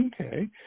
Okay